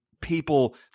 people